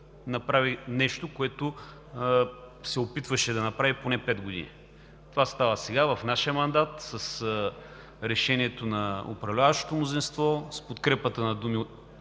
направи нещо, което се опитваше да направи поне пет години. Това става сега, в нашия мандат, с решението на управляващото мнозинство, с подкрепата на думи